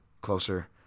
closer